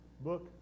book